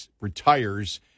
retires